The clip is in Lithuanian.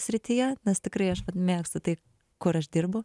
srityje nes tikrai aš mėgstu tai kur aš dirbu